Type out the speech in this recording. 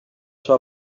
sua